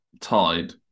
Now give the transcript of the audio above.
tied